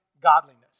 godliness